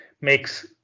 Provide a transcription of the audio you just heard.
makes